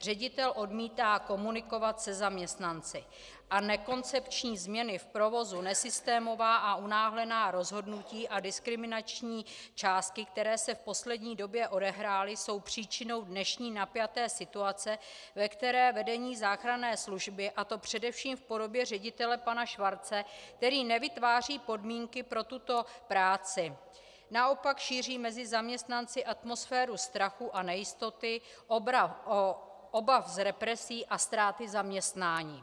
Ředitel odmítá komunikovat se zaměstnanci a nekoncepční změny v provozu, nesystémová a unáhlená rozhodnutí a diskriminační částky (?), které se v poslední době odehrály, jsou příčinou dnešní napjaté situace, ve které vedení záchranné služby, a to především v podobě ředitele pana Schwarze, který nevytváří podmínky pro tuto práci, naopak šíří mezi zaměstnanci atmosféru strachu a nejistoty, obav z represí a ztráty zaměstnání.